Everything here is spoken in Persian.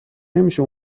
نمیشه